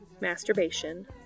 Masturbation